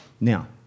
Now